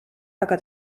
aga